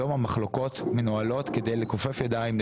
היום המחלוקות מנוהלות כדי לכופף ידיים,